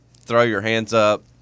throw-your-hands-up